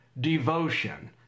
devotion